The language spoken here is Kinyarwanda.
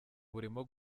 burimo